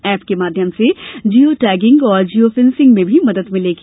app के माध्यम से जियो टैगिंग और जियो फेंसिंग में भी मदद मिलेगी